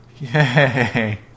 Yay